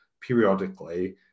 periodically